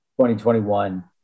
2021